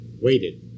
waited